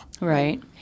Right